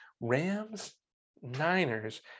Rams-Niners